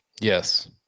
Yes